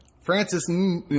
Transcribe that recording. Francis